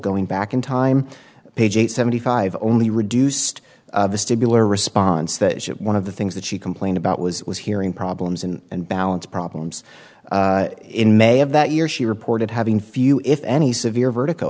going back in time page eight seventy five only reduced the stimulator response that one of the things that she complained about was was hearing problems and balance problems in may of that year she reported having few if any severe vertical